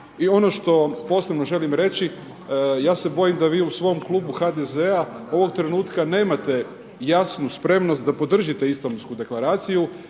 I ono što posebno želim reći, ja se bojim da vi u svom klubu HDZ-a ovog trenutka nemate jasnu spremnost da podržite Istambulsku deklaraciju